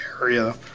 area